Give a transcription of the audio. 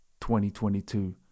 2022